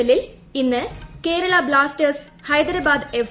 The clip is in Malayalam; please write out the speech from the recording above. എല്ലിൽ ഇന്ന് കേരള ബ്ലാസ്റ്റേഴ്സ് ഹൈദരാബാദ് എഫ്